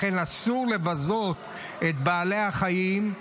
לכן אסור לבזות את בעלי החיים,